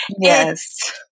yes